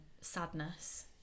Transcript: sadness